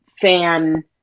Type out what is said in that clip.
fan